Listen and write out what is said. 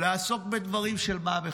לעסוק בדברים של מה בכך.